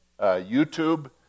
YouTube